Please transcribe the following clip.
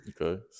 Okay